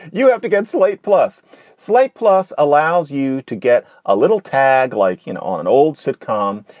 you have to get slate plus slate plus allows you to get a little tag like, you know, on an old sitcom.